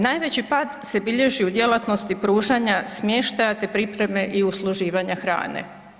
Najveći pad se bilježi u djelatnosti pružanja smještaja te pripreme i usluživanja hrane.